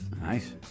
Nice